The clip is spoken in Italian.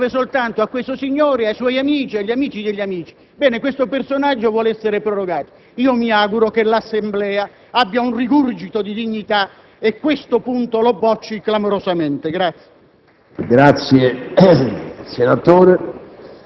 di grottesco papello che non servirà a nulla ma è utile soltanto a questo signore, ai suoi amici e agli amici degli amici. Ebbene, un simile personaggio vuole essere prorogato. Mi auguro che l'Assemblea abbia un rigurgito di dignità e questo punto lo bocci clamorosamente.